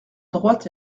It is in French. droite